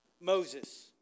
Moses